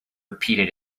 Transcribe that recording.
repeated